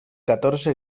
catorze